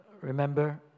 remember